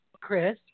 Chris